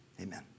Amen